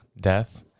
Death